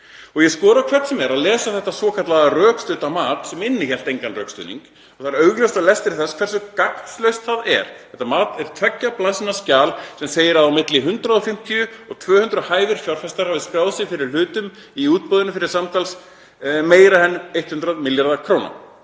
Ég skora á hvern sem er að lesa þetta svokallaða rökstudda mat sem innihélt engan rökstuðning. Það er augljóst af lestri þess hversu gagnslaust það er. Þetta mat er tveggja blaðsíðna skjal sem segir að á milli 150–200 hæfir fjárfestar hafi skráð sig fyrir hlutum í útboðinu fyrir samtals meira en 100 milljarða kr.